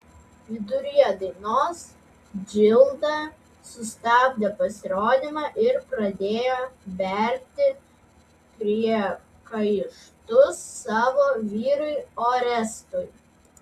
viduryje dainos džilda sustabdė pasirodymą ir pradėjo berti priekaištus savo vyrui orestui